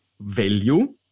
value